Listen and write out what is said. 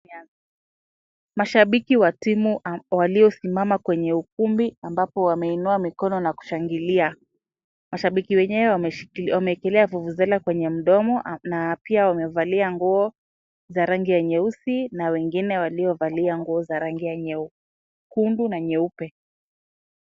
Mashabiki wa timu waliosimama kwenye ukumbi ambapo wameinuwa mikono na kushangilia, mashabiki wenyewe wameekelea vuvuzela kwenye mdomo na pia wamevalia nguo za rangi ya nyeusi na wengine waliovalia nguo za rangi ya nyekundu na nyeupe.